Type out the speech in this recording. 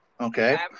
Okay